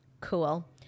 cool